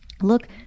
look